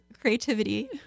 creativity